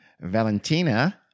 Valentina